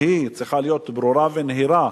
שהיא צריכה להיות ברורה ונהירה.